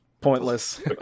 pointless